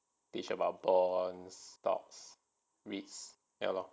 teach about bonds stocks rates ya lor